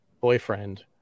boyfriend